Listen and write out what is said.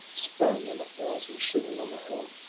sprang in a thousand shivers on the helm,